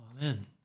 Amen